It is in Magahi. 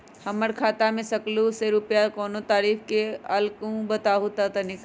हमर खाता में सकलू से रूपया कोन तारीक के अलऊह बताहु त तनिक?